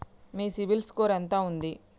మీ CIBIL score ఎంత ఉంది?